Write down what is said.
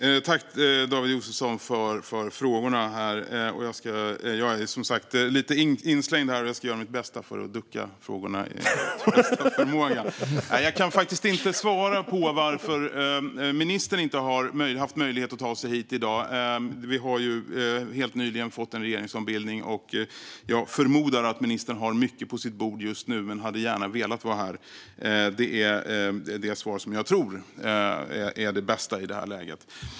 Herr talman! Jag vill tacka David Josefsson för frågorna. Jag har som sagt slängts in i debatten och ska göra mitt bästa för att ducka för frågorna. Jag kan inte svara på varför ministern inte hade möjlighet att komma hit i dag. Det har helt nyligen varit en regeringsombildning. Jag förmodar att ministern just nu har mycket på sitt bord men att hon gärna hade velat vara här. Det tror jag är det bästa svaret i det här läget.